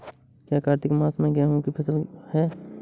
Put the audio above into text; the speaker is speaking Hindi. क्या कार्तिक मास में गेहु की फ़सल है?